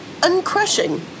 uncrushing